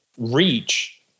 Reach